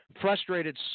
frustrated